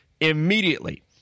immediately